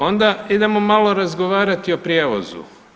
Onda idemo malo razgovarati o prijevozu.